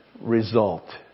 result